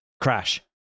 Crash